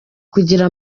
kugira